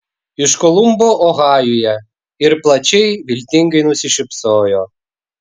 iš kolumbo ohajuje ir plačiai viltingai nusišypsojo